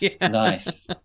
Nice